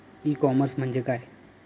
E commerce म्हणजे काय?